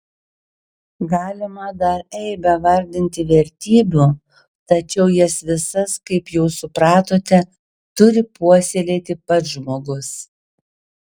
galima dar eibę vardinti vertybių tačiau jas visas kaip jau supratote turi puoselėti pats žmogus